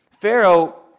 Pharaoh